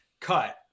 cut